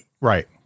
Right